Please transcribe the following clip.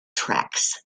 tracks